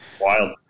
Wild